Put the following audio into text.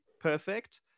perfect